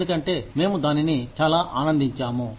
ఎందుకంటే మేము దానిని చాలా ఆనందించాము